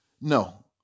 No